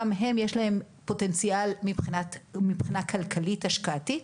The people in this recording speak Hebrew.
גם הם יש להם פוטנציאל מבחינה כלכלית השקעתית,